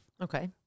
Okay